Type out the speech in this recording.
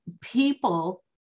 people